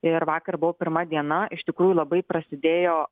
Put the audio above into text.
ir vakar buvo pirma diena iš tikrųjų labai prasidėjo